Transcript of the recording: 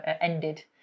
ended